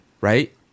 right